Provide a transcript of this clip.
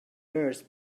earth